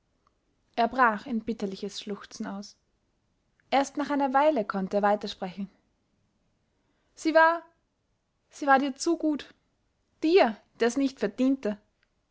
er brach in bitterliches schluchzen aus erst nach einer weile konnte er weitersprechen sie war sie war dir zu gutt dir der's nich verdiente